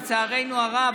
לצערנו הרב,